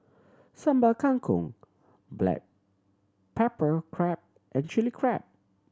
Sambal Kangkong black pepper crab and Chilli Crab